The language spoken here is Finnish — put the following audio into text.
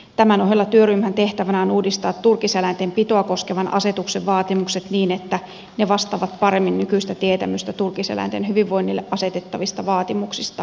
tämän ohella työryhmän tehtävänä on uudistaa turkiseläinten pitoa koskevan asetuksen vaatimukset niin että ne vastaavat paremmin nykyistä tietämystä turkiseläinten hyvinvoinnille asetettavista vaatimuksista